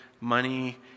money